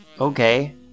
okay